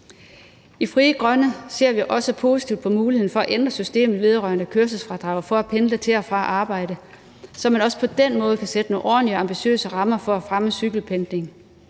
I Frie Grønne ser vi også positivt på muligheden for at ændre systemet vedrørende kørselsfradrag for at pendle til og fra arbejde, så man også på den måde kan sætte nogle ordentlige, ambitiøse rammer for at fremme cykelpendling.